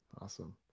Awesome